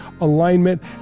alignment